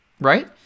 right